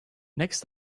next